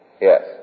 Yes